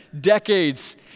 decades